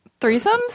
Threesomes